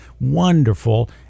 wonderful